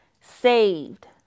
saved